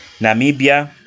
namibia